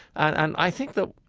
and i think that,